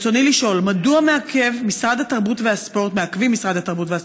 ברצוני לשאול: מדוע מעכבים משרד התרבות והספורט והוועד